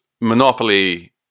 monopoly